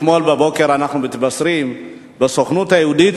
אתמול בבוקר אנחנו מתבשרים שבסוכנות היהודית